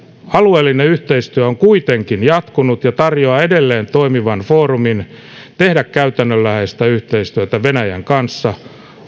alueellinen yhteistyö on kuitenkin jatkunut ja tarjoaa edelleen toimivan foorumin tehdä käytännönläheistä yhteistyötä venäjän kanssa